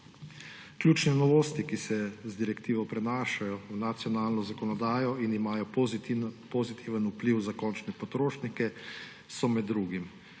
Ključne novosti, ki se z direktivo prenašajo v nacionalno zakonodajo in imajo pozitiven vpliv za končne potrošnike, so med drugim